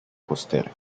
costera